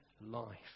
life